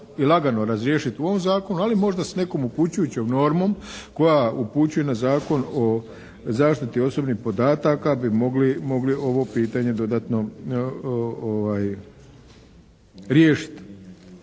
i lagano razriješiti u ovom Zakonu ali možda s nekom upućujućom normom koja upućuje na Zakon o zaštiti osobnih podataka bi mogli ovo pitanje dodatno riješiti.